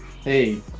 Hey